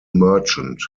merchant